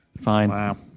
Fine